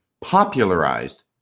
popularized